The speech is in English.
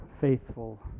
faithful